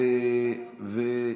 ייאמר,